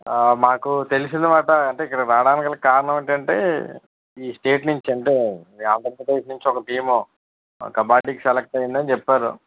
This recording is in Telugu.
ఆ మాకు తెలిసిన మాట అంటే ఇక్కడ రావడానికి గల కారణం ఏంటంటే ఈ స్టేట్ నుంచి అంటే ఈ ఆంధ్రప్రదేశ్ నుంచి ఒక టీము కబడ్డీకి సెలెక్ట్ అయ్యిందని చెప్పారు